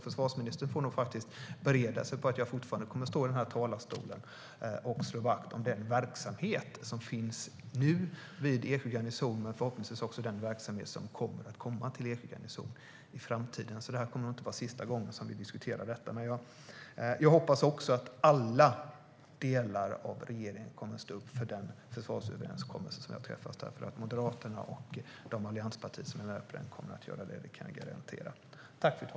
Försvarsministern får nog bereda sig på att jag fortfarande kommer att stå i denna talarstol och slå vakt om den verksamhet som nu finns vid Eksjö garnison och förhoppningsvis också den verksamhet som kommer att komma dit i framtiden. Det här kommer nog inte att vara sista gången vi diskuterar detta. Jag hoppas att alla delar av regeringen kommer att stå upp för den försvarsöverenskommelse som vi har träffat. Moderaterna och de andra allianspartier som är med på den kommer att göra det; det kan jag garantera.